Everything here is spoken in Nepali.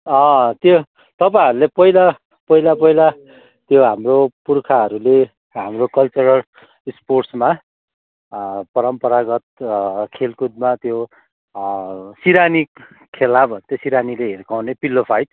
त्यो तपाईँहरूले पहिला पहिला पहिला त्यो हाम्रो पुर्खाहरूले हाम्रो कल्चरल स्पोट्समा परम्परागत खेलकुदमा त्यो त्यो सिरानी खेला भन्थ्यो सिरानीले हिर्काउँने पिल्लो फाइट